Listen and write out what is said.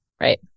Right